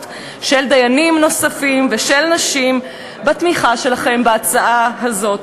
של דיינים נוספים ושל נשים בתמיכה שלכם בהצעה הזאת.